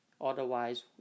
Otherwise